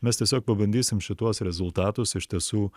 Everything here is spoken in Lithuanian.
mes tiesiog pabandysim šituos rezultatus iš tiesų